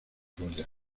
goya